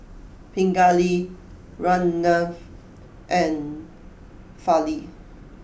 Pingali Ramnath and Fali